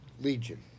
legion